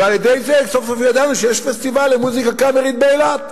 ועל-ידי זה סוף-סוף ידענו שיש פסטיבל למוזיקה קאמרית באילת.